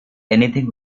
anything